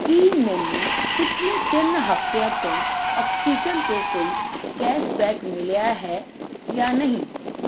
ਕੀ ਮੈਨੂੰ ਪਿਛਲੇ ਤਿੰਨ ਹਫਤਿਆਂ ਤੋਂ ਆਕਸੀਜਨ 'ਤੇ ਕੋਈ ਕੈਸ਼ਬੈਕ ਮਿਲਿਆ ਹੈ ਜਾਂ ਨਹੀਂ